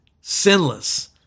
sinless